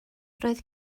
roedd